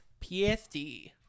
PSD